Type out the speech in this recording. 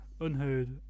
unheard